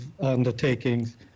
undertakings